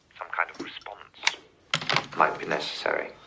um kind of response might be necessary.